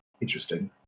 Interesting